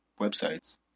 websites